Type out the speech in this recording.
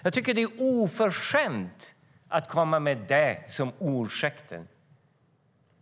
Jag tycker att det är oförskämt att komma med det som ursäkt.